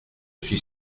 suis